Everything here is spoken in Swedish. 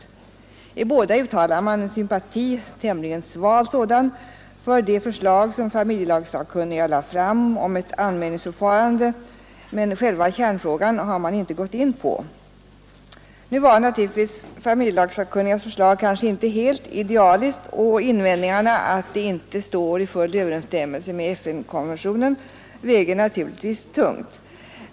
I båda Aktenskapslagstift Ö uttalar man en sympati tämligen sval sådan — för det förslag som ningen m.m. familjelagssakkunniga lade fram om ett anmälningsförfarande, men själva kärnfrågan har man inte gått in på. Nu var familjelagssakkunnigas förslag kanske inte helt idealiskt, och in överensstämmelse med FN-konventionen väger naturligtvis tungt.